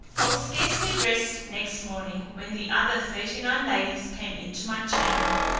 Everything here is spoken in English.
i was scarcely dressed next morning, when the other thirty-nine ladies came into my chamber,